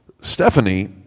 Stephanie